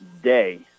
day